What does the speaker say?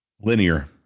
Linear